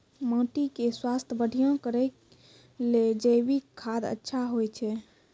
माटी के स्वास्थ्य बढ़िया करै ले जैविक खाद अच्छा होय छै?